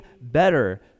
better